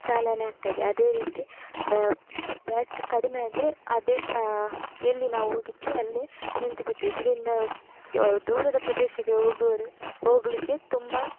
ಚಾಲನೆ ಆಗ್ತದೆ ಅದೇ ರೀತಿ ಬ್ಯಾಟ್ ಕಡಿಮೆ ಆದರೆ ಅದೇ ಎಲ್ಲಿ ನಾವು ಹೋಗಿದ್ವಿ ಅಲ್ಲೆ ನಿಂತು ಬಿಡ್ತಿ ಇದರಿಂದ ದೂರದ ಪ್ರದೇಶಕ್ಕೆ ಹೋಗುವವರೇ ಹೋಗಲಿಕ್ಕೆ ತುಂಬ